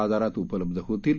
बाजारात उपलब्ध होतील